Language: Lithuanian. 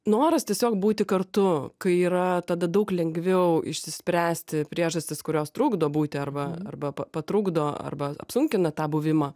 noras tiesiog būti kartu kai yra tada daug lengviau išsispręsti priežastis kurios trukdo būti arba arba pa patrukdo arba apsunkina tą buvimą